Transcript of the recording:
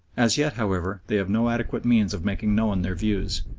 as yet, however, they have no adequate means of making known their views.